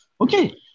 okay